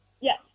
Yes